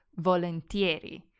volentieri